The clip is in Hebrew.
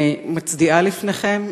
אני מצדיעה לפניכם,